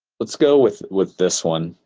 let's go with with this one.